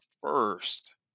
first